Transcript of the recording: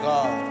God